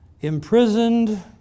imprisoned